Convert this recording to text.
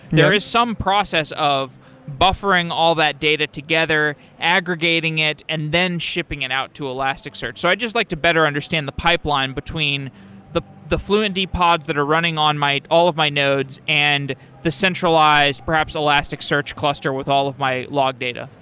there is some process of buffering all that data together, aggregating it and then shipping it out to elasticsearch. so i'd just like to better understand the pipeline between the the fluentd pods that are running on all of my nodes and the centralized, perhaps elasticsearch cluster with all of my log data.